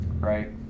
Right